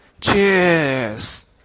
Cheers